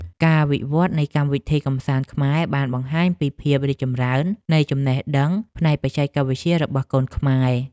ការវិវត្តនៃកម្មវិធីកម្សាន្តខ្មែរបានបង្ហាញពីភាពរីកចម្រើននៃចំណេះដឹងផ្នែកបច្ចេកវិទ្យារបស់កូនខ្មែរ។